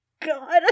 god